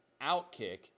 OutKick